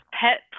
pet